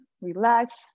Relax